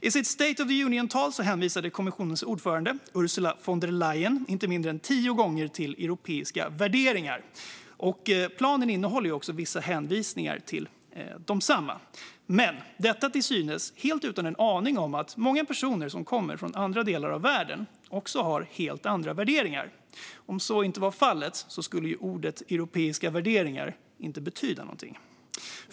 I sitt State of the Union-tal hänvisade kommissionens ordförande Ursula von der Leyen inte mindre än tio gånger till europeiska värderingar. Planen innehåller också vissa hänvisningar till desamma, men detta till synes helt utan en aning att många personer som kommer från andra delar av världen också har helt andra värderingar. Om så inte var fallet skulle ordet europeiska värderingar inte betyda någonting.